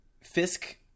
Fisk